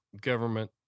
government